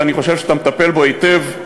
שאני חושב שאתה מטפל בו היטב,